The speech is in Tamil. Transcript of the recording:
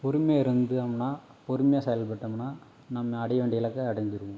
பொறுமையாக இருந்தோம்னா பொறுமையாக செயல்பட்டோம்னா நம்ம அடைய வேண்டிய இலக்கை அடைஞ்சிருவோம்